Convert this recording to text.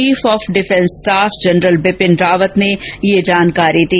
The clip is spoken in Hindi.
chief of defence staff general Bipin Rawat ने यह जानकारी दी